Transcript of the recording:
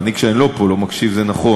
אני, כשאני לא פה, לא מקשיב, זה נכון.